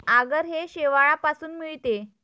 आगर हे शेवाळापासून मिळते